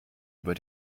über